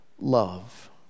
love